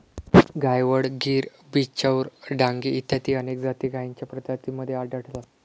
गायवळ, गीर, बिचौर, डांगी इत्यादी अनेक जाती गायींच्या प्रजातींमध्ये आढळतात